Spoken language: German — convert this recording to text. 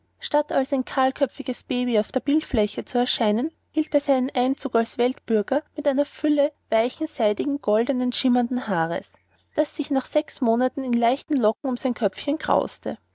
statt als ein kahlköpfiges baby auf der bildfläche zu erscheinen hielt er seinen einzug als weltbürger mit einer fülle weichen seidigen golden schimmernden haares das sich nach sechs monaten in leichten locken um sein köpfchen krauste